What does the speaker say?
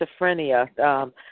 schizophrenia